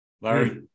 Larry